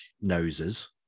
noses